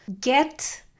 get